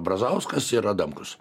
brazauskas ir adamkus